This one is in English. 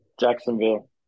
Jacksonville